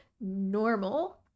normal